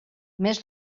més